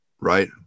right